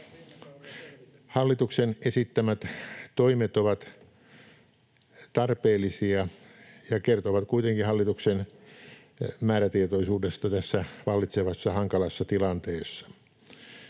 Hallituksen esittämät toimet ovat tarpeellisia ja kertovat kuitenkin hallituksen määrätietoisuudesta tässä vallitsevassa hankalassa tilanteessa.